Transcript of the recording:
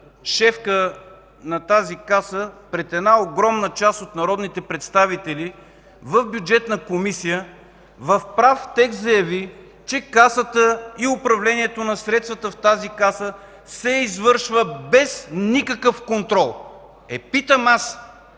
шефка на тази Каса, пред една огромна част от народните представители в Бюджетната комисия, в прав текст заяви, че Касата и управлението на средствата в тази Каса се извършва без никакъв контрол. Питам аз: